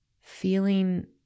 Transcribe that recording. feeling